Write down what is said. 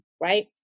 Right